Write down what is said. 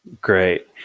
Great